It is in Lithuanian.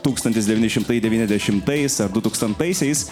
tūkstantis devyni šimtai devyniasdešimtais ar du tūkstantaisiais